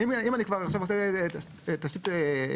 אם אני כבר עכשיו עושה תשתית חדשה,